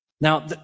Now